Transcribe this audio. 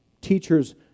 Teachers